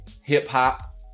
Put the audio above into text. hip-hop